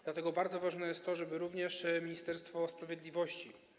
Dlatego bardzo ważne jest to, żeby również Ministerstwo Sprawiedliwości.